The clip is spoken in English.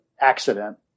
accident